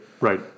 Right